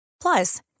Plus